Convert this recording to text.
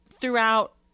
throughout